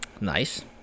Nice